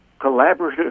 collaborative